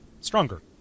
stronger